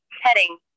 Heading